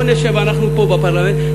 נשב אנחנו פה בפרלמנט,